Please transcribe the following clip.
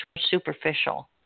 superficial